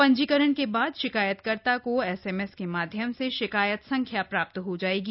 पंजीकरण के बाद शिकायतकर्ता को एस एम एस के माध्यम से शिकायत संख्या प्राप्त हो जायेगी